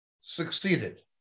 succeeded